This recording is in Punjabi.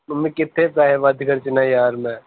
ਮੰਮੀ ਕਿੱਥੇ ਪੈਸੇ ਵੱਧ ਖਰਚ ਦਾ ਯਾਰ ਮੈਂ